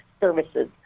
services